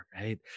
right